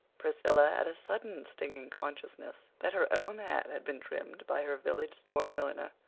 priscilla had a sudden stinging consciousness that her own hat had been trimmed by her village store milliner,